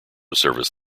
service